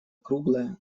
круглая